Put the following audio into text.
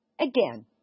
Again